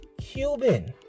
Cuban